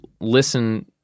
listen